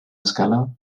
escala